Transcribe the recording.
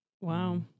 Wow